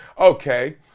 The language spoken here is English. Okay